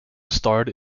starred